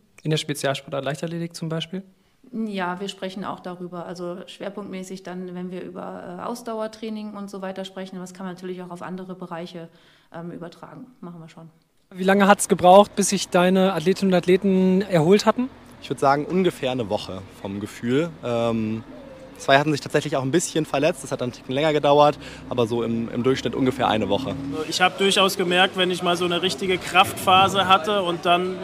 In der Spezialsportart Leichtathletik zum Beispiel? Ja, wir sprechen auch darüber. Also schwerpunktmäßig dann, wenn wir über, äh, Ausdauertraining und so weiter sprechen, aber das kann man natürlich auch auf andere Bereiche, ähm, übertragen. Machen wir schon. Wie lange hat's gebraucht, bis sich deine Athletinnen und Athleten erholt hatten? Ich würd sagen, ungefähr eine Woche vom Gefühl. Ähm, zwei hatten sich tatsächlich auch ein bisschen verletzt, das hat dann einen Ticken länger gedauert, aber so im- im Durchschnitt ungefähr eine Woche. Ich hab durchaus gemerkt, wenn ich mal so eine richtige Kraftphase hatte und dann